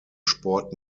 sport